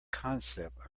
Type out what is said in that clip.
concept